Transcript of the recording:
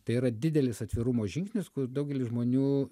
tai yra didelis atvirumo žingsnis kur daugelis žmonių